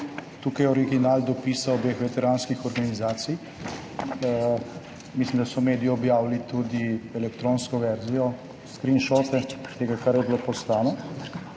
Tukaj je original dopisa obeh veteranskih organizacij. Mislim, da so mediji objavili tudi elektronsko verzijo, screenshote tega, kar je bilo poslano.